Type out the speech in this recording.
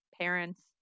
parents